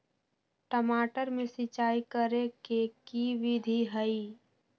टमाटर में सिचाई करे के की विधि हई?